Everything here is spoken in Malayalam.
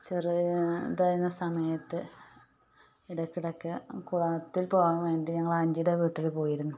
ചെറുതായിരുന്ന സമയത്ത് ഇടക്ക് ഇടക്ക് കുളത്തിൽ പോകാൻ വേണ്ടി ഞങ്ങൾ ആൻറ്റിയുടെ വീട്ടിൽ പോയിരുന്നു